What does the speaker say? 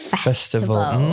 Festival